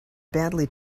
badly